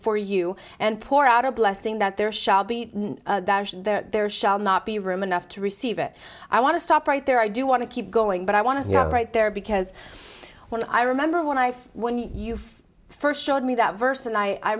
for you and pour out a blessing that there shall be there there shall not be room enough to receive it i want to stop right there i do want to keep going but i want to stop right there because when i remember when i when you first showed me that verse and i